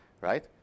right